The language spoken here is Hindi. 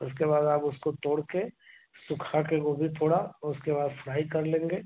उसके बाद आप उसको तोड़कर सूखाकर गोभी थोड़ा और उसके बाद फ्राई कर लेंगे